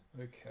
Okay